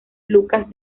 lucas